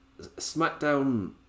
Smackdown